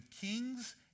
kings